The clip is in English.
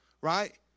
right